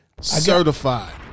Certified